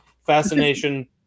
fascination